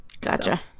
Gotcha